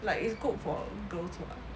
like it's good for girls [what]